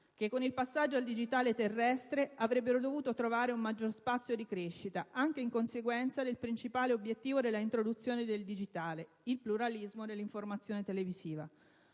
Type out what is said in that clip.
che con il passaggio al digitale terrestre avrebbero dovuto trovare un maggior spazio di crescita anche in conseguenza del principale obiettivo della introduzione del digitale: il pluralismo dell'informazione televisiva.